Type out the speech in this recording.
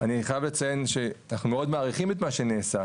אני חייב לציין שאנחנו מאוד מעריכים את מה שנעשה,